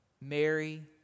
Mary